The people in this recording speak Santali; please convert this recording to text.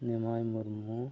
ᱱᱤᱢᱟᱭ ᱢᱩᱨᱢᱩ